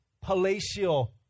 palatial